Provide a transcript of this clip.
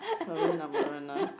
maroon lah maroon lah